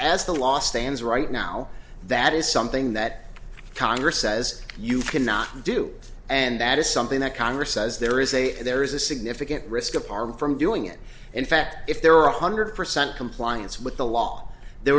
as the last day ends right now that is something that congress says you cannot do and that is something that congress says there is a there is a significant risk of harm from doing it in fact if there were one hundred percent compliance with the law there